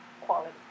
quality